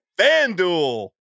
FanDuel